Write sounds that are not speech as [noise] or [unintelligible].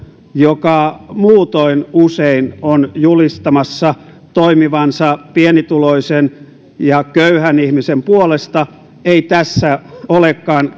joka muutoin usein on julistamassa toimivansa pienituloisen ja köyhän ihmisen puolesta ei tässä olekaan [unintelligible]